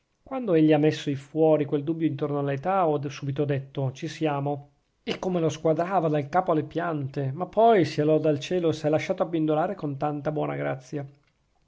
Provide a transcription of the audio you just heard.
quando egli ha messo fuori quel dubbio intorno all'età ho subito detto ci siamo e come lo squadrava dal capo alle piante ma poi sia lode al cielo s'è lasciato abbindolare con tanta buona grazia